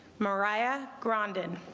mariah grondin